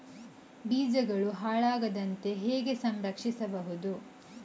ಬೀಜಗಳು ಹಾಳಾಗದಂತೆ ಹೇಗೆ ಸಂರಕ್ಷಿಸಬಹುದು?